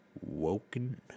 Woken